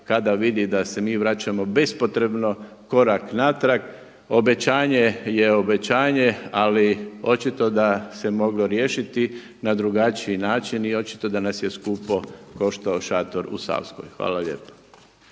kada vidi da se mi vraćamo bespotrebno korak natrag. Obećanje je obećanje, ali očito da se moglo riješiti na drugačiji način i očito da nas je skupo koštao šator u Savskoj. Hvala lijepo.